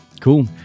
cool